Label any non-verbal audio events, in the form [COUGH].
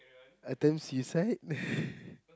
attempt suicide [BREATH]